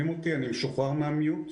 קודם כל, Tiktek.